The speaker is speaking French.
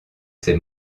ses